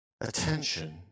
attention